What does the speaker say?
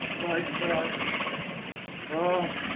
my christ ah,